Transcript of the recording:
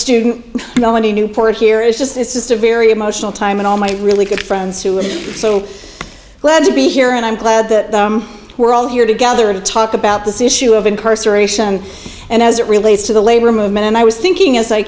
student melanie newport here is just it's just a very emotional time and all my really good friends who are so glad to be here and i'm glad that we're all here together to talk about this issue of incarceration and as it relates to the labor movement and i was thinking as i